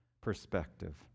perspective